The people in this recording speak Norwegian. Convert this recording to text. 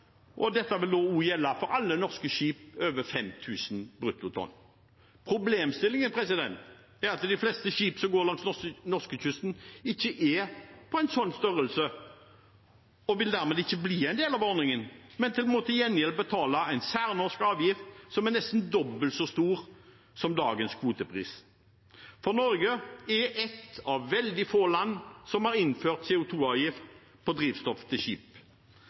og dette vil nå også gjelde for alle norske skip over 5 000 bruttotonn. Problemstillingen er at de fleste skip som går langs norskekysten, ikke er av en slik størrelse. De vil dermed ikke bli en del av ordningen, men må til gjengjeld betale en særnorsk avgift som er nesten dobbelt så høy som dagens kvotepris. Norge er ett av veldig få land som har innført CO 2 -avgift på drivstoff til skip.